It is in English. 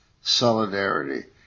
solidarity